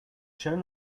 shown